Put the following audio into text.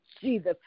Jesus